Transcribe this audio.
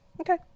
Okay